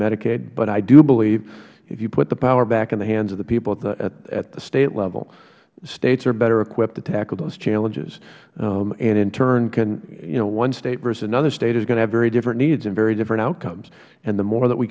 medicaid but i do believe if you put the power back in the hands of the people at the state level the states are better equipped to tackle those challenges and in turn can one state versus another state is going to have very different needs and very different outcomes and the more that we